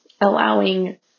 allowing